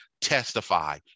testify